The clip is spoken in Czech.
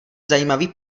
zajímavý